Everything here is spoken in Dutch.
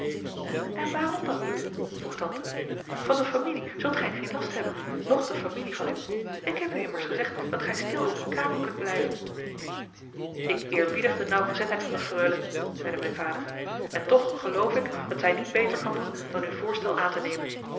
en waarom dat niet vroeg tante van de familie zult gij geen last hebben noch de familie van u ik heb u immers gezegd dat gij stil op uw kamer kunt blijven ik eerbiedig de nauwgezetheid van de freule zeide mijn vader en toch geloof ik dat zij niet beter kan doen dan uw voorstel aan te nemen